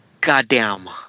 goddamn